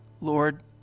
Lord